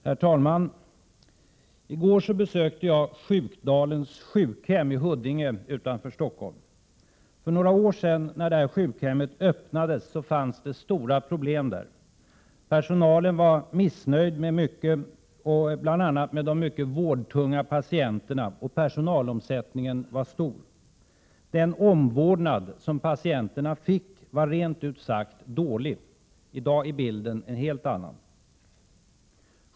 Herr talman! I går besökte jag Sjödalens sjukhem i Huddinge utanför Stockholm. För några år sedan, när sjukhemmet öppnades, fanns det stora problem där. Personalen var missnöjd bl.a. med de mycket vårdtunga patienterna, och personalomsättningen var stor. Den omvårdnad som patienterna fick var rent ut sagt dålig. I dag är bilden en helt annan.